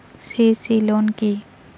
CC loan কি?